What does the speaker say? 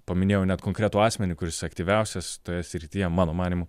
paminėjau net konkretų asmenį kuris aktyviausias toje srityje mano manymu